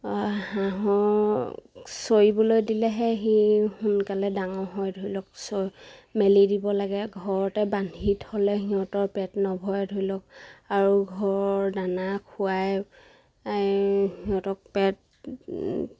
হাঁহৰ চৰিবলৈ দিলেহে সি সোনকালে ডাঙৰ হয় ধৰি লওক চ মেলি দিব লাগে ঘৰতে বান্ধি থলে সিহঁতৰ পেট নভৰে ধৰি লওক আৰু ঘৰৰ দানা খুৱাই সিহঁতক পেট